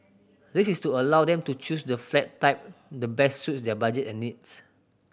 this is to allow them to choose the flat type the best suits their budget and needs